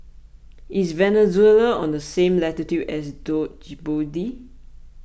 is Venezuela on the same latitude as Djibouti